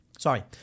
Sorry